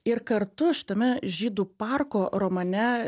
ir kartu šitame žydų parko romane